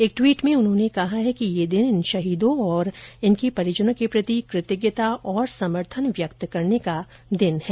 एक ट्वीट में उन्होंने कहा है कि यह दिन इन शहीदों और इनके परिजनों के प्रति कृतज्ञता और समर्थन व्यक्त करने का दिन है